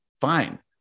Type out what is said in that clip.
Fine